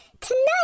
Tonight